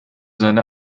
seine